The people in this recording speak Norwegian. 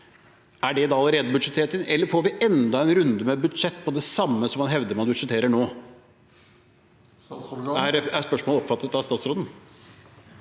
er det allerede budsjettert inn, eller får vi enda en runde med budsjett på det samme man hevder man budsjetterer nå? Er spørsmålet oppfattet av statsråden?